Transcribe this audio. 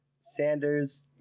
Sanders